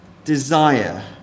Desire